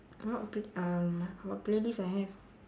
what um what playlist I have